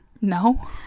No